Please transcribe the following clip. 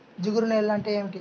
జిగురు నేలలు అంటే ఏమిటీ?